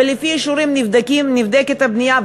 ולפי האישורים נבדקת הבנייה,